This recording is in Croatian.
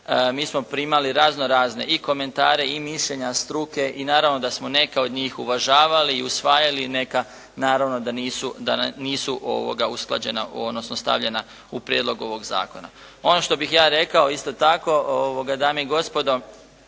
mi smo primali razno razne i komentare i mišljenja struke i naravno da smo neka od njih uvažavali i usvajali, neka naravno da nisu usklađena odnosno stavljena u prijedlog ovog zakona. Ono što bih ja rekao isto tako, dame i gospodo,